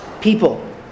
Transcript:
people